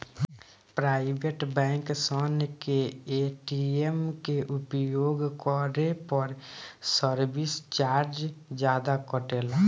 private bank सन के ATM के उपयोग करे पर सर्विस चार्ज जादा कटेला